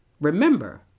Remember